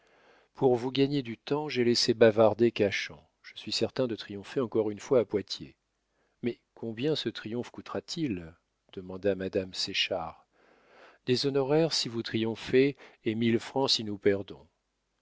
pour vous gagner du temps j'ai laissé bavarder cachan je suis certain de triompher encore une fois à poitiers mais combien ce triomphe coûtera t il demanda madame séchard des honoraires si vous triomphez et mille francs si nous perdons